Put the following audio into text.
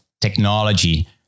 technology